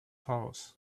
house